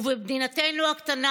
ובמדינתנו הקטנה,